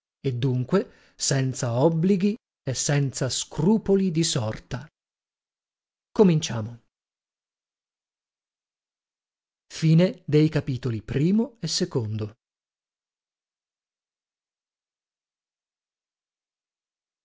e dunque senza obblighi e senza scrupoli di sorta ominciamo a e